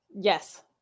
Yes